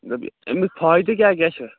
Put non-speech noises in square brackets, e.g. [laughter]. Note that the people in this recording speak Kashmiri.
[unintelligible] اَمِکۍ فٲیدٕ کیٛاہ کیٛاہ چھِ